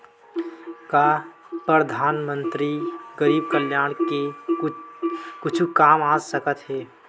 का परधानमंतरी गरीब कल्याण के कुछु काम आ सकत हे